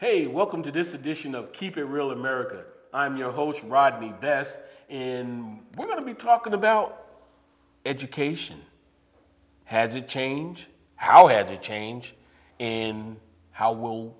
hey welcome to this edition of keep it real america i'm your host rodney best and we're going to be talking about education has a change our has a change and how will